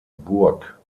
burg